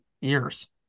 years